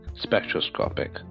spectroscopic